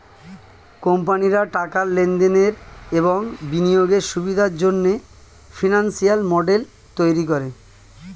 কোম্পানিরা টাকার লেনদেনের এবং বিনিয়োগের সুবিধার জন্যে ফিনান্সিয়াল মডেল তৈরী করে